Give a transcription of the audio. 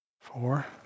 Four